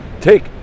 take